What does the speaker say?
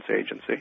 Agency